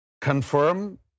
confirm